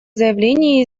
заявление